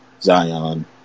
Zion